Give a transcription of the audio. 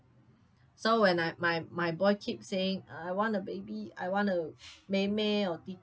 so when I my my boy keep saying I want a baby I want a meimei or didi